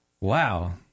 Wow